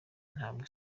ntabwo